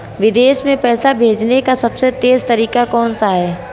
विदेश में पैसा भेजने का सबसे तेज़ तरीका कौनसा है?